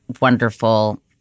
wonderful